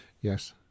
Yes